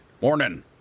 Morning